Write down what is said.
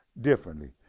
differently